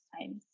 times